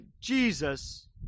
Jesus